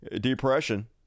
depression